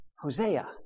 Hosea